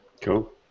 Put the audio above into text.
Cool